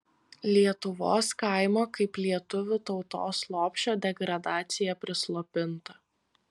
lietuvos kaimo kaip lietuvių tautos lopšio degradacija prislopinta